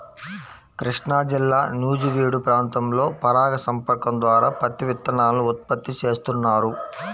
కృష్ణాజిల్లా నూజివీడు ప్రాంతంలో పరాగ సంపర్కం ద్వారా పత్తి విత్తనాలను ఉత్పత్తి చేస్తున్నారు